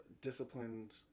disciplined